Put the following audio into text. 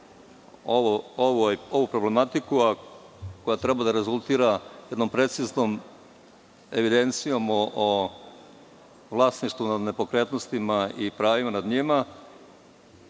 rešiti ovu problematiku, a koja treba da rezultira jednom preciznom evidencijom o vlasništvu nad nepokretnostima i pravima nad njima.